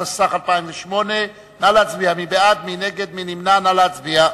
התשס"ח 2008. נא להצביע.